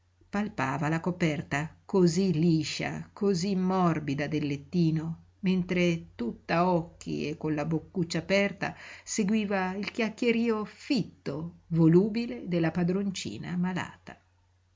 palpava la coperta cosí liscia cosí morbida del lettino mentre tutta occhi e con la boccuccia aperta seguiva il chiacchierío fitto volubile della padroncina malata